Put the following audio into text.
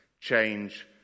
change